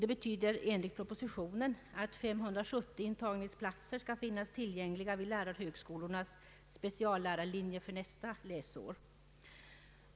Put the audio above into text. Det betyder enligt propositionen att 570 intagningsplatser skall finnas tillgängliga vid lärarhögskolornas speciallärarlinjer för nästa läsår.